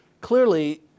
Clearly